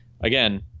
again